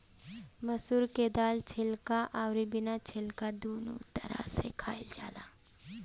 मसूर के दाल छिलका अउरी बिना छिलका दूनो तरह से खाइल जाला